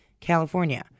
California